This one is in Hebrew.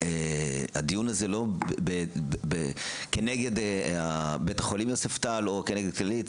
הדיון הזה לא כנגד בית החולים יוספטל או כנגד הכללית.